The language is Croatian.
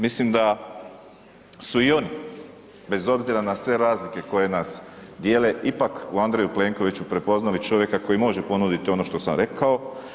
Mislim da u i oni bez obzira na sve razlike koje nas dijele ipak u Andreju Plenkoviću prepoznali čovjeka koji može ponuditi ono što sam rekao.